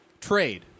trade